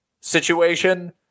situation